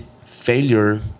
failure